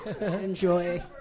Enjoy